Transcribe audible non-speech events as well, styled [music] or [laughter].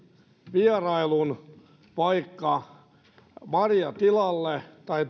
vierailun vaikka marjatilalle tai [unintelligible]